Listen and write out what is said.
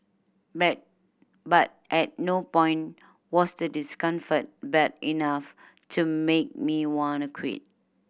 but but at no point was the discomfort bad enough to make me wanna quit